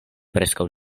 preskaŭ